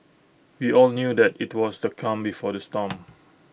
we all knew that IT was the calm before the storm